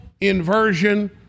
inversion